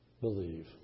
believe